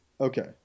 Okay